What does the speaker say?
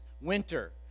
winter